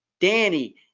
Danny